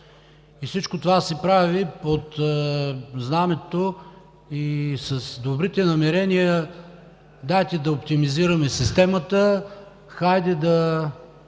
И всичко това се прави под знамето и с добрите намерения: „Дайте да оптимизираме системата!